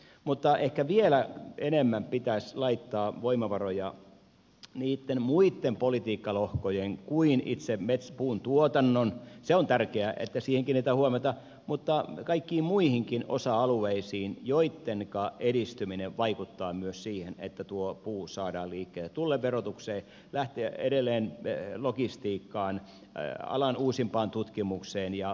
mutta ehkä vielä enemmän pitäisi laittaa voimavaroja niihin muihin politiikkalohkoihin kuin itse puuntuotantoon se on tärkeää että siihen kiinnitetään huomiota mutta pitäisi kiinnittää huomiota kaikkiin muihinkin osa alueisiin joittenka edistyminen vaikuttaa myös siihen että tuo puu saadaan liikkeelle tullen verotukseen edelleen logistiikkaan alan uusimpaan tutkimukseen ja moneen muuhun vastaavaan asiaan